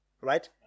right